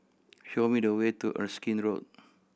show me the way to Erskine Road